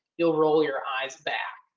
you'll roll your eyes back.